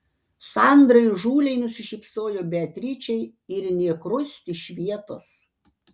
sandra įžūliai nusišypsojo beatričei ir nė krust iš vietos